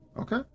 Okay